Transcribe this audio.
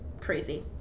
crazy